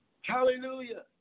Hallelujah